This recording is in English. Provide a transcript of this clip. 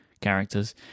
characters